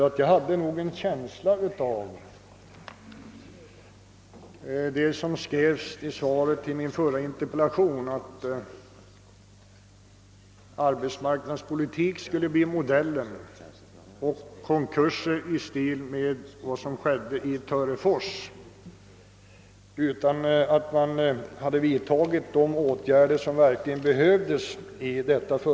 Av svaret på min förra interpellation fick jag nämligen den känslan att arbetsmarknadspolitiken var det väsentliga, och då kunde lätt inträffa konkurser i stil med den som förekom i Törefors på grund av att de nödvändiga åtgärderna inte vidtagits vid företaget.